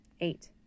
Eight